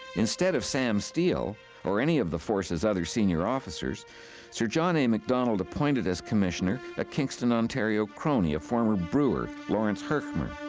instead of sam steele or any of the force's other senior officers sir john a. macdonald appointed, as commissioner, a kingston, ontario crony, a former brewer, lawrence herchmer.